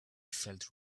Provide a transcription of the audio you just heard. felt